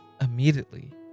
immediately